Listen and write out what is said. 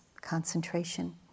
concentration